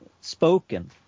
spoken